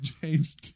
James